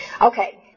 Okay